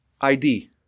ID